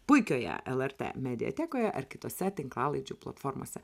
puikioje lrt mediatekoje ar kitose tinklalaidžių platformose